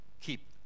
keep